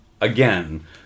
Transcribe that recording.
again